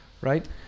right